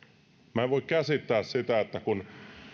minä en voi käsittää sitä kun